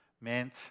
meant